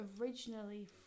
originally